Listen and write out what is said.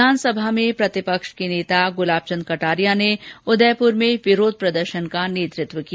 विधानसभा में प्रतिपक्ष के नेता गुलाब चंद कटारिया ने उदयपुर में विरोध प्रदर्शन का नेतृत्व किया